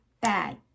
bad